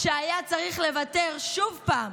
שהיה צריך לוותר עוד פעם,